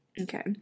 Okay